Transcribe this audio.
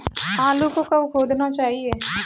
आलू को कब खोदना चाहिए?